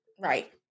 Right